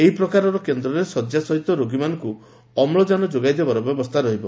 ଏହି ପ୍ରକାର କେନ୍ଦ୍ରରେ ଶଯ୍ୟା ସହିତ ରୋଗୀମାନଙ୍କୁ ଅମ୍ଳୁଜାନ ଯୋଗାଇଦେବା ବ୍ୟବସ୍ଥା ରହିବ